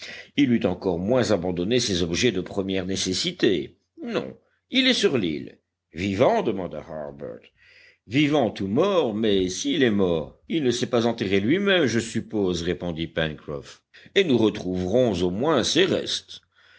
il eût encore moins abandonné ces objets de première nécessité non il est sur l'île vivant demanda harbert vivant ou mort mais s'il est mort il ne s'est pas enterré lui-même je suppose répondit pencroff et nous retrouverons au moins ses restes